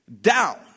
down